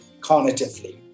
cognitively